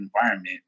environment